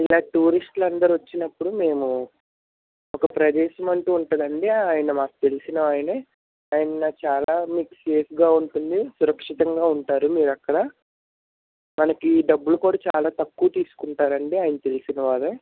ఇలా టూరిస్ట్లు అందరు వచ్చినప్పుడు మేము ఒక ప్రదేశం అంటూ ఉంటుందండి ఆయన మాకు తెలిసిన ఆయనే ఆయన నాకు చాలా మీకు సేఫ్గా ఉంటుంది సురక్షితంగా ఉంటారు మీరు అక్కడ దానికి డబ్బులు కూడా చాలా తక్కువ తీసుకుంటారండి ఆయన తెలిసినవారే